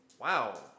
Wow